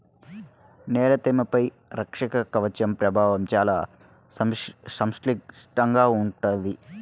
నేల తేమపై రక్షక కవచం ప్రభావం చాలా సంక్లిష్టంగా ఉంటుంది